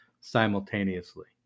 simultaneously